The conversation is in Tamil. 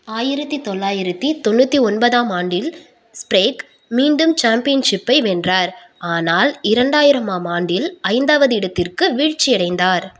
ஆயிரத்தி தொள்ளாயிரத்தி தொண்ணூற்றி ஒன்பதாம் ஆண்டில் ஸ்ப்ரேக் மீண்டும் சாம்பியன்ஷிப்பை வென்றார் ஆனால் இரண்டாயிரமாம் ஆண்டில் ஐந்தாவது இடத்திற்கு வீழ்ச்சியடைந்தார்